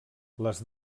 les